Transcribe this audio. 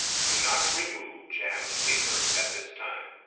do not remove jammed paper at this time.